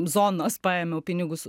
zonos paėmiau pinigus